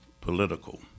political